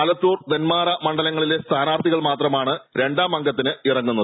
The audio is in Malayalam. ആലത്തൂർ നെന്മാറ മണ്ഡലങ്ങളിലെ സ്ഥാനാർത്ഥികൾ മാത്രമാണ് രണ്ടാം അങ്കത്തിന് ഇറങ്ങുന്നത്